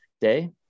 day